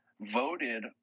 voted